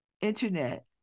internet